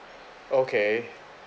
okay